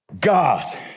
God